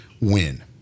win